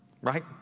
right